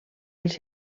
els